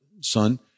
son